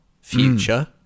future